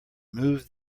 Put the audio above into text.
move